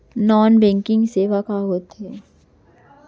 Non banking सेवाएं का होथे?